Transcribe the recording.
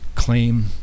claim